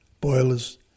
boilers